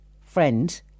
friend